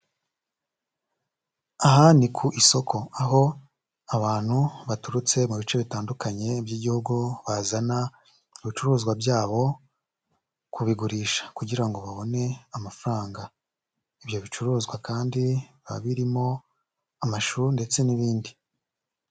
Aha ni ku isoko, aho abantu baturutse mu bice bitandukanye by'igihugu, bazana ibicuruzwa byabo kubigurisha kugira ngo babone amafaranga, ibyo bicuruzwa kandi biba biririmo amashu ndetse n'ibindi.